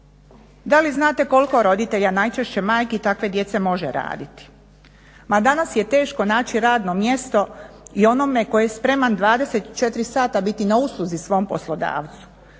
Da li znate koliko roditelja najčešće majki takve djece može raditi? Ma danas je teško naći radno mjesto i onome tko je spreman 24 sata biti na usluzi svom poslodavcu